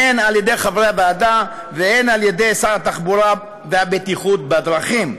הן על ידי חברי הוועדה והן על ידי שר התחבורה והבטיחות בדרכים.